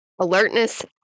alertness